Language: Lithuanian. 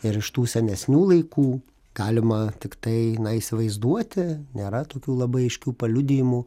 ir iš tų senesnių laikų galima tiktai įsivaizduoti nėra tokių labai aiškių paliudijimų